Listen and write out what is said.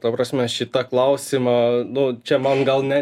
ta prasme šitą klausimą nu čia man gal ne